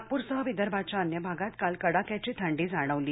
नागपुरसह विदर्भांच्या अन्य भागात काल कडाक्याची थंडी जाणवली